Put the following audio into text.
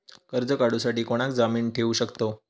कर्ज काढूसाठी कोणाक जामीन ठेवू शकतव?